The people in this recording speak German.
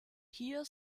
hier